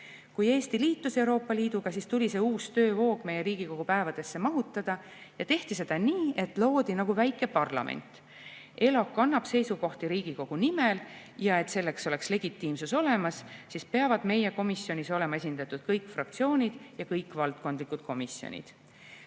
Kui Eesti liitus Euroopa Liiduga, siis tuli see uus töövoog meie Riigikogu päevadesse mahutada ja tehti seda nii, et loodi nagu väike parlament. ELAK annab seisukohti Riigikogu nimel ja et selleks oleks legitiimsus olemas, peavad meie komisjonis olema esindatud kõik fraktsioonid ja kõik valdkondlikud komisjonid.